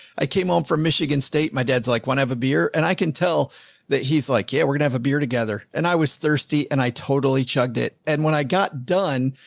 i came home from michigan state. my dad's like when i have a beer and i can tell that he's like, yeah, we're going to have a beer together. and i was thirsty and i totally chugged it. and when i got done,